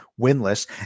winless